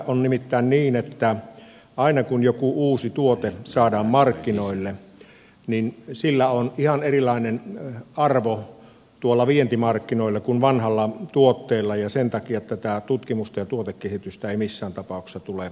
on nimittäin niin että aina kun joku uusi tuote saadaan markkinoille niin sillä on ihan erilainen arvo tuolla vientimarkkinoilla kuin vanhoilla tuotteilla ja sen takia tutkimusta ja tuotekehitystä ei missään tapauksessa tule unohtaa